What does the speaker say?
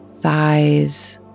thighs